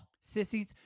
sissies